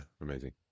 amazing